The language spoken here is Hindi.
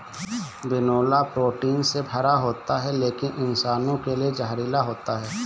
बिनौला प्रोटीन से भरा होता है लेकिन इंसानों के लिए जहरीला होता है